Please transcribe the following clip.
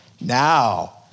Now